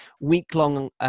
week-long